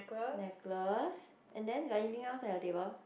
necklace and then got anything else at your table